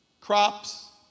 Crops